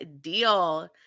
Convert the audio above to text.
deal